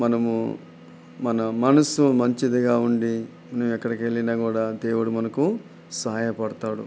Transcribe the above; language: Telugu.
మనము మన మనస్సు మంచిగా ఉండి నువ్వు ఎక్కడికి వెళ్ళినా కూడా దేవుడు మనకు సహాయపడతాడు